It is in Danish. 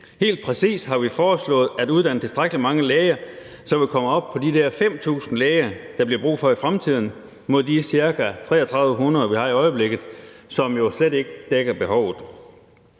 Helt præcist har vi foreslået at uddanne tilstrækkelig mange læger, så vi kommer op på de der 5.000 læger, der bliver brug for i fremtiden, mod de ca. 3.300, vi har i øjeblikket, som jo slet ikke dækker behovet.